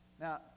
now